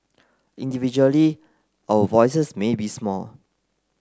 individually our voices may be small